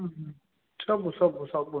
ହୁଁ ହୁଁ ସବୁ ସବୁ ସବୁ ମିଳିବ ଏଠି